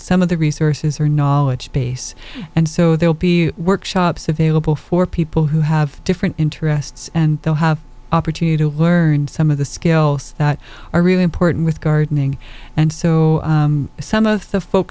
some of the resources or knowledge base and so they'll be workshops available for people who have different interests and they'll have opportunity to learn some of the skills that are really important with gardening and so some of the folks